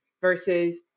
versus